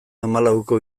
hamalauko